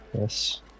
Yes